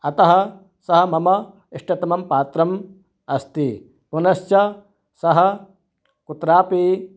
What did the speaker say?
अतः सः मम इष्टतमं पात्रम् अस्ति पुनश्च सः कुत्रापि